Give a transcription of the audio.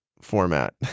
format